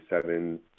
seven